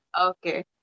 Okay